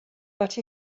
but